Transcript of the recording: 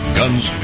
guns